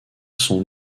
sont